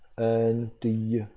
and the